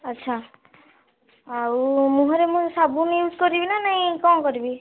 ଆଚ୍ଛା ଆଉ ମୁହଁରେ ମୁଁ ସାବୁନ୍ ୟୁଜ୍ କରିବି ନା ନାଇଁ କ'ଣ କରିବି